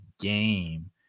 game